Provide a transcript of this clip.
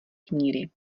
kníry